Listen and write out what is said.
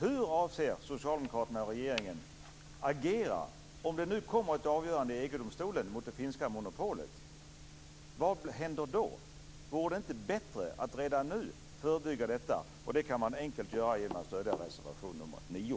Hur avser socialdemokraterna och regeringen agera om det nu kommer ett avgörande i EG-domstolen mot det finska monopolet? Vad händer då? Vore det inte bättre att redan nu förebygga detta? Det kan man enkelt göra genom att stödja reservaton nr 9.